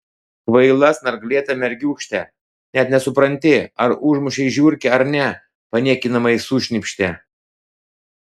kvaila snarglėta mergiūkšte net nesupranti ar užmušei žiurkę ar ne paniekinamai sušnypštė